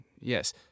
yes